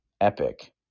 epic